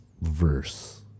verse